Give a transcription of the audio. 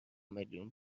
میلیون